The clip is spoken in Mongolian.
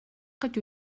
гэж